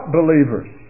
believers